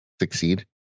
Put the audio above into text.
succeed